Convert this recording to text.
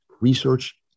research